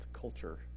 culture